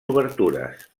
obertures